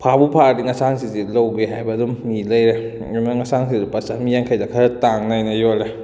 ꯐꯥꯕꯨ ꯐꯥꯔꯗꯤ ꯉꯁꯥꯡꯁꯤꯗꯤ ꯂꯧꯒꯦ ꯍꯥꯏꯕ ꯑꯗꯨꯝ ꯃꯤ ꯂꯩꯔꯦ ꯑꯗꯨꯅ ꯉꯥꯁꯥꯡꯁꯤꯗꯤ ꯂꯨꯄꯥ ꯆꯃꯔꯤ ꯌꯥꯡꯈꯩꯗ ꯈꯔ ꯇꯥꯡꯅ ꯑꯩꯅ ꯌꯣꯜꯂꯦ